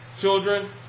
children